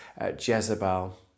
Jezebel